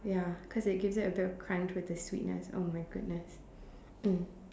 ya cause it gives it a bit of crunch with the sweetness oh my goodness mm